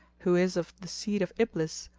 who is of the seed of iblis,